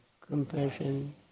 compassion